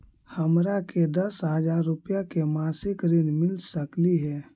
हमरा के दस हजार रुपया के मासिक ऋण मिल सकली हे?